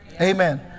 Amen